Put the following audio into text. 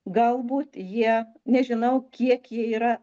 galbūt jie nežinau kiek jie yra